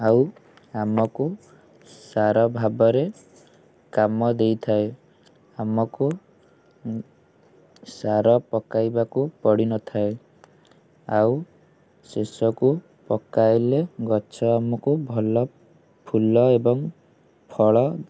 ଆଉ ଆମକୁ ସାର ଭାବରେ କାମଦେଇଥାଏ ଆମକୁ ସାର ପକାଇବାକୁ ପଡିନଥାଏ ଆଉ ଶେଷକୁ ପକାଇଲେ ଗଛ ଆମକୁ ଭଲ ଫୁଲ ଏବଂ ଫଳ